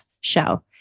show